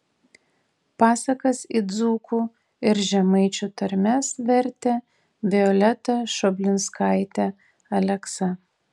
pasakas į dzūkų ir žemaičių tarmes vertė violeta šoblinskaitė aleksa